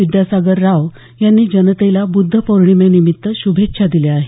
विद्यासागर राव यांनी जनतेला बुद्धपौर्णिमेनिमित्त शुभेच्छा दिल्या आहेत